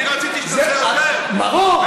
אני רציתי שתעשה עם המלט?